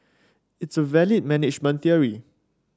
it's a valid management theory